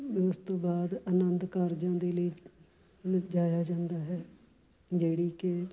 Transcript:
ਉਸ ਤੋਂ ਬਾਅਦ ਆਨੰਦ ਕਾਰਜਾਂ ਦੇ ਲਈ ਲਿਜਾਇਆ ਜਾਂਦਾ ਹੈ ਜਿਹੜੀ ਕਿ